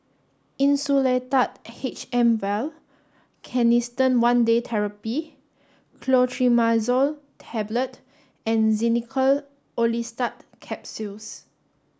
Insulatard H M Vial Canesten one Day Therapy Clotrimazole Tablet and Xenical Orlistat Capsules